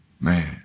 man